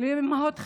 לאימהות חד-הוריות.